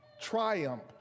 triumph